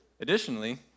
Additionally